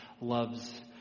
loves